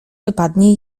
wypadnie